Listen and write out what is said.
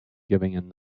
giving